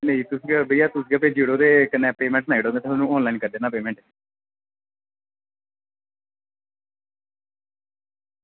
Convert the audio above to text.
एह् भैया तुस गै भेजी ओड़ेओ ते कन्नै में तुसेंगी भेजी ओड़ना पेमेंट ऑनलाईन